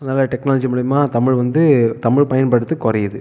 அதனால் டெக்னாலஜி மூலிமா தமிழ் வந்து தமிழ் பயன்படுத்றது குறையிது